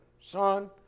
son